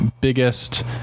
biggest